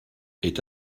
est